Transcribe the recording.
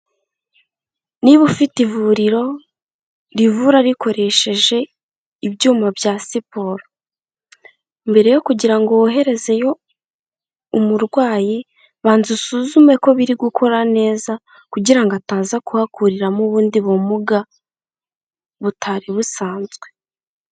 Niba ufite ivuriro rivura rikoresheje ibyuma bya siporo, mbere yo kugira ngo woherezeyo umurwayi banza usuzume ko biri gukora neza, kugira ngo ataza kuhakuriramo ubundi bumuga butari busanzwe.